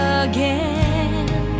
again